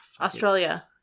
Australia